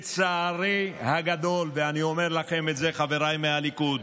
לצערי הגדול, ואני אומר לכם את זה, חברי מהליכוד,